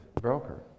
broker